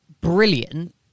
brilliant